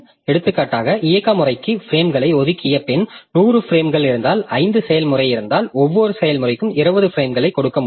எடுத்துக்காட்டாக இயக்க முறைமைக்கு பிரேம்களை ஒதுக்கிய பின் 100 பிரேம்கள் இருந்தால் 5 செயல்முறை இருந்தால் ஒவ்வொரு செயல்முறையும் 20 பிரேம்களைக் கொடுக்க முடியும்